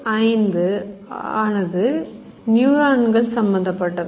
5 ஆனது நியூரான்கள் சம்மந்தப்பட்டவை